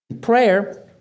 Prayer